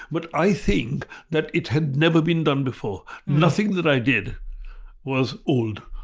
but i think that it had never been done before. nothing that i did was old.